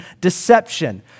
deception